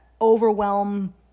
overwhelm